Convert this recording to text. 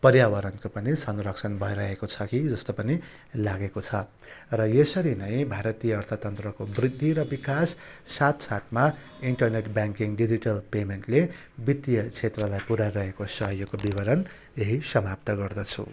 पर्यावरणको पनि संरक्षण भइरहेको छ कि जस्तो पनि लागेको छ र यसरी नै भारतीय अर्थतन्त्रको वृद्धि र विकास साथ साथमा इन्टरनेट ब्याङ्किङ डिजिटल पेमेन्टले वित्तीय क्षेत्रलाई पुर्याइरहेको सहयोगको विवरण यहीँ समाप्त गर्दछु